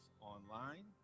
online